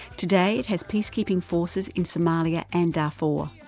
today it has peacekeeping forces in somalia and darfur.